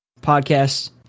podcasts